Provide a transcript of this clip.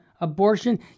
abortion